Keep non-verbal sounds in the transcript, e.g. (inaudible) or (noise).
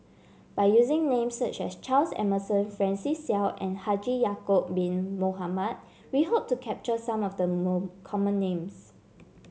by using names such as Charles Emmerson Francis Seow and Haji Ya'acob Bin Mohamed we hope to capture some of the (unintelligible) common names